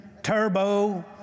turbo